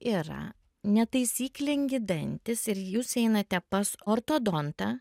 yra netaisyklingi dantys ir jūs einate pas ortodontą